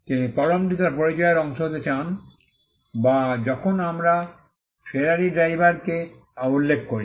তিনি কলমটি তাঁর পরিচয়ের অংশ হতে চান বা যখন আমরা ফেরারী ড্রাইভারকে আবার উল্লেখ করি